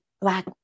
black